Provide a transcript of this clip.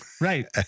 right